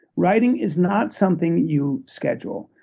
writing is not something you schedule.